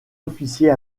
officier